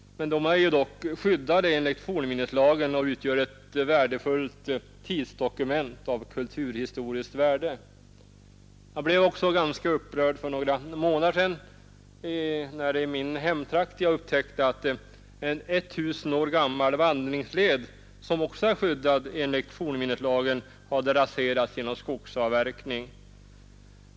Dessa är dock enligt fornminneslagen skyddade och utgör ett tidsdokument av kulturhistoriskt värde. Jag blev ganska upprörd när jag för några månader sedan i min hemtrakt upptäckte att en 1000 år gammal vandringsled, som också är skyddad enligt fornminneslagen, hade raserats genom skogsavverkning.